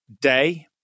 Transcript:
day